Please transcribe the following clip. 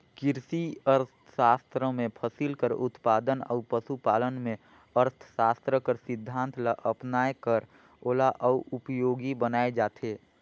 किरसी अर्थसास्त्र में फसिल कर उत्पादन अउ पसु पालन में अर्थसास्त्र कर सिद्धांत ल अपनाए कर ओला अउ उपयोगी बनाए जाथे